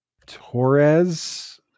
Torres